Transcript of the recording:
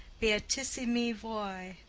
beatissimi voi.